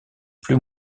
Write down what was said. plus